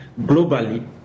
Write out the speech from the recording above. Globally